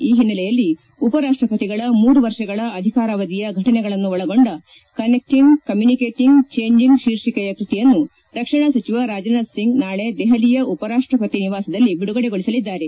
ಈ ಹಿನ್ನೆಲೆಯಲ್ಲಿ ಉಪ ರಾಷ್ಟಪತಿಗಳ ಮೂರು ವರ್ಷಗಳ ಅಧಿಕಾರಾವಧಿಯ ಘಟನೆಗಳನ್ನು ಒಳಗೊಂಡ ಕನೆಕ್ಟಿಂಗ್ ಕಮ್ಯೂನಿಕೇಟಿಂಗ್ ಚೇಂಜಿಂಗ್ ಶೀರ್ಷಿಕೆಯ ಕ್ವತಿಯನ್ನು ರಕ್ಷಣಾ ಸಚಿವ ರಾಜನಾಥ್ ಸಿಂಗ್ ನಾಳೆ ದೆಹಲಿಯ ಉಪರಾಷ್ಟ ಪತಿ ನಿವಾಸದಲ್ಲಿ ಬಿದುಗಡೆಗೊಳಿಸಲಿದ್ದಾರೆ